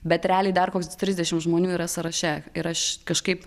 bet realiai dar koks trisdešim žmonių yra sąraše ir aš kažkaip